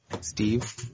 Steve